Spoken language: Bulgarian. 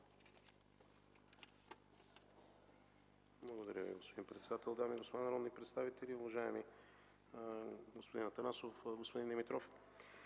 Благодаря, господин председател. Дами и господа народни представители, уважаеми господин Атанасов, господин Димитров!